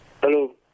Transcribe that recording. Hello